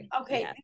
Okay